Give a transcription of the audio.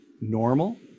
normal